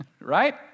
Right